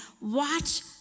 watch